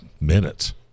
minutes